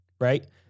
right